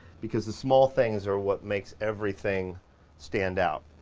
because the small things are what makes everything stand out.